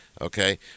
Okay